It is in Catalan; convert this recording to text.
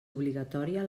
obligatòria